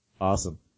Awesome